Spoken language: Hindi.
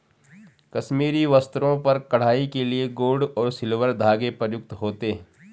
कश्मीरी वस्त्रों पर कढ़ाई के लिए गोल्ड और सिल्वर धागे प्रयुक्त होते हैं